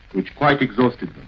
which quite exhausted